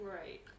Right